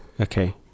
Okay